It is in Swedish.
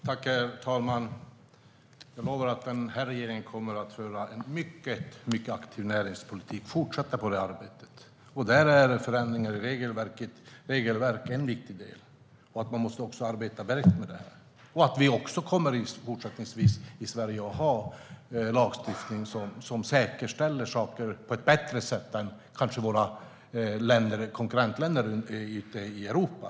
Herr talman! Jag lovar att den här regeringen kommer att föra en mycket aktiv näringspolitik och fortsätta på det arbetet. Där är förändringar i regelverk en viktig del, och man måste arbeta brett med detta. Vi kommer också fortsättningsvis i Sverige att ha lagstiftning som säkerställer saker på ett bättre sätt än kanske i våra konkurrentländer ute i Europa.